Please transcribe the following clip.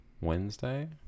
Wednesday